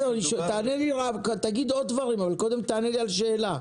תגיד עוד דברים אבל קודם תענה לי על השאלה.